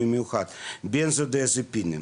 במיוחד איזופינים